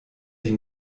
die